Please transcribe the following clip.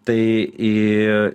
tai į